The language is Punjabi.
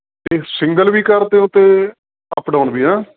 ਇਹ ਸਿੰਗਲ ਵੀ ਕਰਦੇ ਹੋ ਅਤੇ ਅਪ ਡਾਊਨ ਵੀ ਹੈਂ